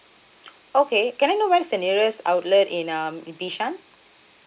okay can I know where's the nearest outlet in um in bishan